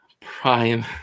Prime